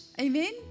Amen